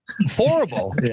Horrible